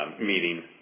meeting